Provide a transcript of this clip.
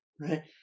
right